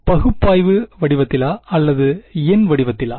பகுப்பாய்வு வடிவத்திலா அல்லது எண் வடிவத்திலா